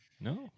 no